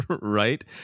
right